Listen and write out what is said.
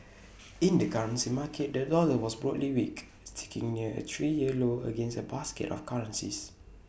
in the currency market the dollar was broadly weak sticking near A three year low against A basket of currencies